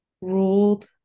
ruled